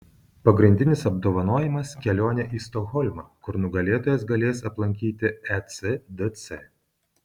pagrindinis apdovanojimas kelionė į stokholmą kur nugalėtojas galės aplankyti ecdc